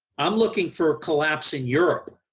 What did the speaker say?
i'm looking for a collapse in europe.